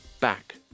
back